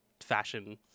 fashion